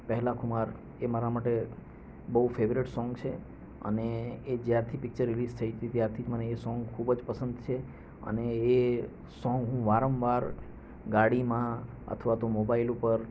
પહેલા ખુમાર એ મારા માટે બહુ ફેવરેટ સોંગ છે અને એ જ્યારથી પીક્ચર રિલીઝ થઈ હતી ત્યારથી જ મને એ સોંગ ખૂબ જ પસંદ છે અને એ સોંગ હું વારંવાર ગાડીમાં અથવા તો મોબાઈલ ઉપર